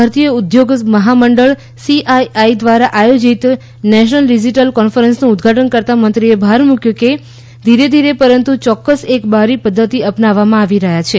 ભારતીય ઉદ્યોગ મહામંડળ સીઆઈઆઈ દ્વારા આયોજિત નેશનલ ડિજિટલ કોન્ફરન્સનું ઉદઘાટન કરતાં મંત્રીએ ભાર મૂક્યો કે ધીરે ધીરે પરંતુ યોક્કસ એક બારી પદ્ધતિ અપનાવવામાં આવી રહ્યા છે